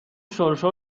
شرشر